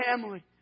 family